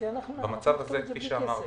במצב הזה כפי שאמרת,